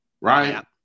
Right